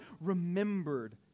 remembered